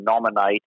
nominate